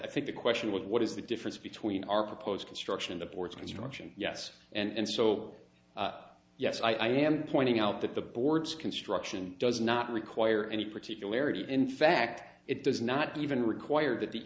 i think the question with what is the difference between our proposed construction in the boards construction yes and so yes i am pointing out that the board's construction does not require any particularities in fact it does not even require that the